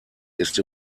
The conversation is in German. ist